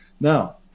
Now